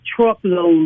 truckloads